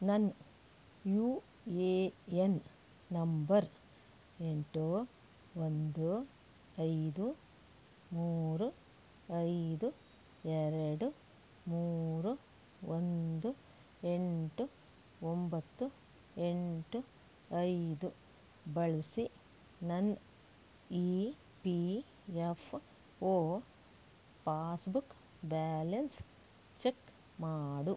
ನನ್ನ U A N number ಎಂಟು ಒಂದು ಐದು ಮೂರು ಐದು ಎರಡು ಮೂರು ಒಂದು ಎಂಟು ಒಂಬತ್ತು ಎಂಟು ಐದು ಬಳಸಿ ನನ್ನ E P F O passbook balance check ಮಾಡು